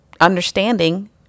understanding